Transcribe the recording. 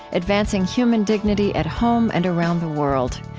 advancing human dignity at home and around the world.